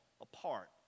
apart